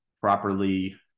properly